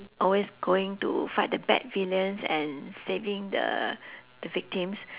always going to fight the bad villains and saving the the victims